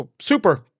super